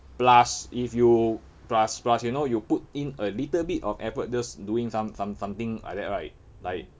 plus if you plus plus you know you put in a little bit of effort just doing some~ some~ something like that right like